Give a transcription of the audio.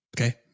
Okay